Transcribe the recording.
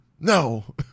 no